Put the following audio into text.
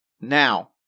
Now